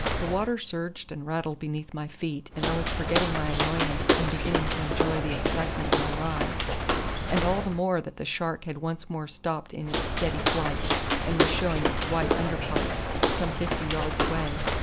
the water surged and rattled beneath my feet, and i was forgetting my annoyance and beginning to enjoy the excitement of my ride and all the more that the shark had once more stopped in its steady flight, and was showing its white under parts some fifty yards away.